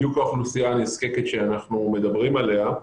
בדיוק האוכלוסייה הנזקקת שאנחנו מדברים עליה,